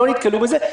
לא נתקלו בזה.